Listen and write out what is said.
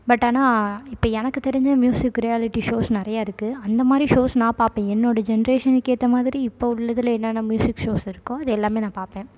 but ஆனால் இப்போ எனக்குத் தெரிஞ்ச மியூசிக் ரியாலிட்டி ஷோஸ் நிறைய இருக்குது அந்த மாதிரி ஷோஸ் நான் பார்ப்பேன் என்னோடய ஜென்ரேஷனுக்கு ஏற்ற மாதிரி இப்போ உள்ளதில் என்னென்ன மியூசிக் ஷோஸ் இருக்கோ அது எல்லாமே நான் பார்ப்பேன்